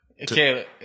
Okay